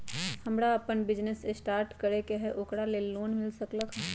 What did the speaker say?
हमरा अपन business start करे के है ओकरा लेल लोन मिल सकलक ह?